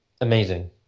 amazing